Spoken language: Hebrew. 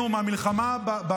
אין מפלגות.